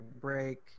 break